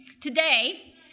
Today